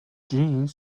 jeans